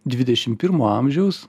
dvidešim pirmo amžiaus